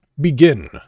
begin